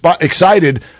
excited